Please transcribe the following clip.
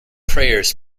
prayers